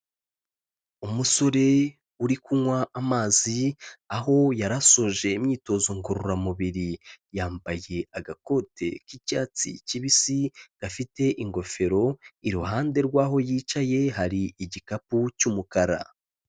Umusore uri kunywa amazi, aho yari asoje imyitozo ngororamubiri, yambaye agakote k'icyatsi kibisi gafite ingofero, iruhande rw'aho yicaye hari igikapu cy'umukara.